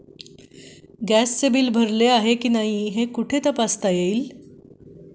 गॅसचे बिल भरले आहे की नाही हे कुठे तपासता येईल?